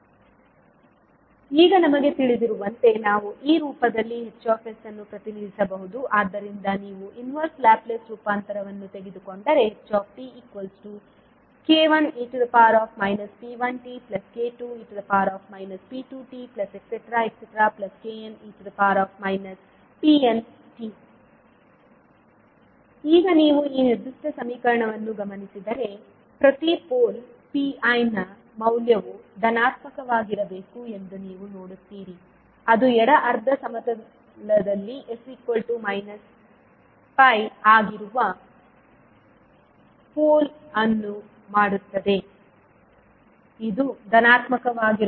ಈಗ2459 slide time ನೋಡಿ ಈಗ ನಮಗೆ ತಿಳಿದಿರುವಂತೆ ನಾವು ಈ ರೂಪದಲ್ಲಿ H ಅನ್ನು ಪ್ರತಿನಿಧಿಸಬಹುದು ಆದ್ದರಿಂದ ನೀವು ಇನ್ವೆರ್ಸ್ ಲ್ಯಾಪ್ಲೇಸ್ ರೂಪಾಂತರವನ್ನು ತೆಗೆದುಕೊಂಡರೆ htk1e p1tk2e p2tkne pnt ಈಗ ನೀವು ಈ ನಿರ್ದಿಷ್ಟ ಸಮೀಕರಣವನ್ನು ಗಮನಿಸಿದರೆ ಪ್ರತಿ ಪೋಲ್ piನ ಮೌಲ್ಯವು ಧನಾತ್ಮಕವಾಗಿರಬೇಕು ಎಂದು ನೀವು ನೋಡುತ್ತೀರಿ ಅದು ಎಡ ಅರ್ಧ ಸಮತಲದಲ್ಲಿ s pi ಆಗಿರುವ ಪೋಲ್ ಅನ್ನು ಮಾಡುತ್ತದೆ